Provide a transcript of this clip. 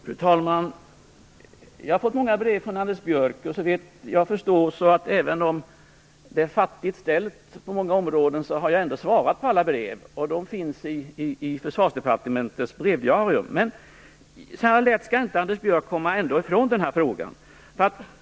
Fru talman! Jag har fått många brev från Anders Björck. Såvitt jag förstår har jag även om det är fattigt ställt på många områden ändå svarat på alla brev. De finns i Försvarsdepartementets brevdiarium. Men så här lätt skall inte Anders Björck komma ifrån den här frågan!